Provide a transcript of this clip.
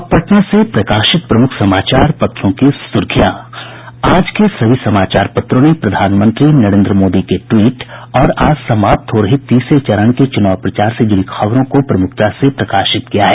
अब पटना से प्रकाशित प्रमुख समाचार पत्रों की सुर्खियां आज के सभी समाचार पत्रों ने प्रधानमंत्री नरेन्द्र मोदी ट्वीट और आज समाप्त हो रहे तीसरे चरण के चुनाव प्रचार से जुड़ी खबरों को प्रमुखता से प्रकाशित किया है